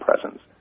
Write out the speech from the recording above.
presence